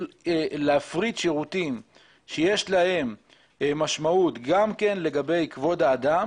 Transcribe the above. להפריט שירותים שיש להם משמעות גם לגבי כבוד האדם